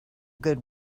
good